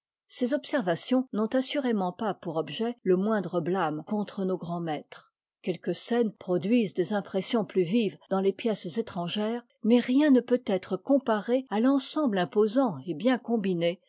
ces observations n'ont assurément pas pour objet le moindre blâme contre nos grands maîtres quelques scènes produisent des impressions plus vives dans les pièces étrangères mais rien ne peut être comparé à l'ensemble imposant et bien combiné